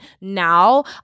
now